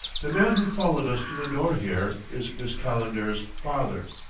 the man who followed us to the door here, is miss calendar's father.